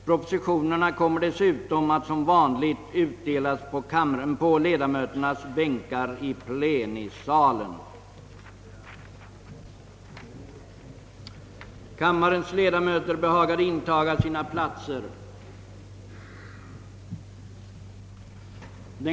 Propositionerna kommer dessutom att som vanligt utdelas på ledamöternas bänkar i plenisalen.